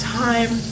time